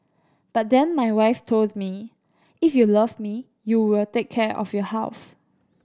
but then my wife told me if you love me you will take care of your health